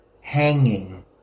hanging